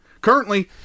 Currently